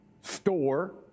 store